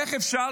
איך אפשר,